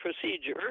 procedure